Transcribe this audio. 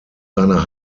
seiner